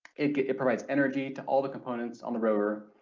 it it provides energy to all the components on the rover.